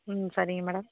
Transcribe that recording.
ம் சரிங்க மேடம்